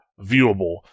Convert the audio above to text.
viewable